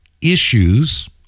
Issues